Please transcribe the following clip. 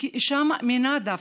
וכאישה מאמינה דווקא,